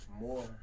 More